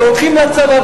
ומשרתים בצבא,